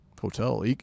hotel